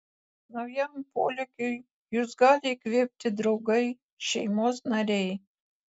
naujam polėkiui jus gali įkvėpti draugai šeimos nariai